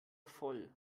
voll